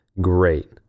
great